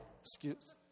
excuse